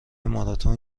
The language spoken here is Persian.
ماراتن